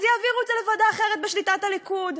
אז יעבירו את זה לוועדה אחרת בשליטת הליכוד.